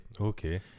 Okay